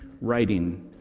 writing